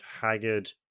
haggard